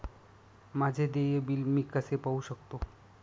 माझे देय बिल मी कसे पाहू शकतो?